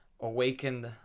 awakened